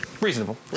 Reasonable